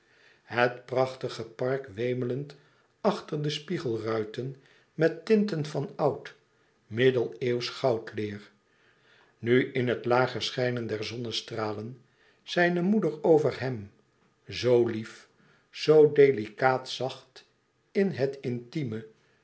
het prachtige park wemelend achter de spiegelruiten met tinten van oud middeneeuwsch goudleêr nu in het lager schijnene der zonnestralen zijne moeder over hem zoo lief zoo delicaat zacht in het intime